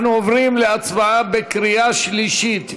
אנחנו עוברים להצבעה בקריאה שלישית.